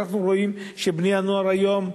ואנחנו רואים שבני-הנוער היום,